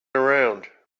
around